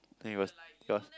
then it was it was